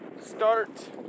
start